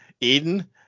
eden